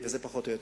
וזהו פחות או יותר.